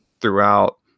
throughout